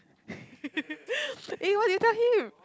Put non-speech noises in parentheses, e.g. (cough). (laughs) eh what did you tell him